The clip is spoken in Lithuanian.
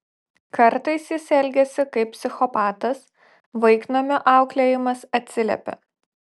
kartais jis elgiasi kaip psichopatas vaiknamio auklėjimas atsiliepia